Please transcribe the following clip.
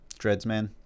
Dreadsman